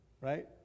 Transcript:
right